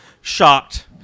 shocked